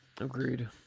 Agreed